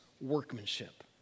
workmanship